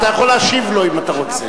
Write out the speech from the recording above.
אתה יכול להשיב לו אם אתה רוצה.